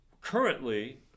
currently